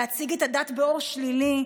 להציג את הדת באור שלילי,